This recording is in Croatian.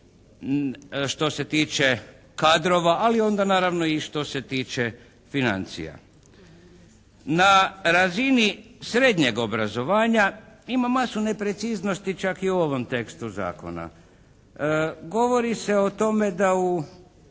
što se tiče kadrova, ali onda naravno i što se tiče financija. Na razini srednjeg obrazovanja ima masu nepreciznosti čak i u ovom tekstu Zakona. Govori se o tome da u